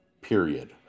period